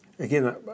Again